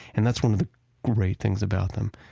and that's one of the great things about them.